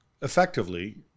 effectively